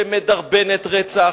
שמדרבנת רצח.